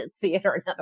theater